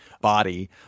body